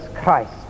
Christ